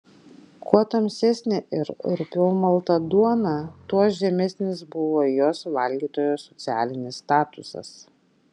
kuo tamsesnė ir rupiau malta duona tuo žemesnis buvo jos valgytojo socialinis statusas